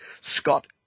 Scott